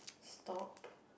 stop